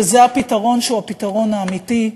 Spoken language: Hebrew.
שזה הפתרון שהוא הפתרון האמיתי,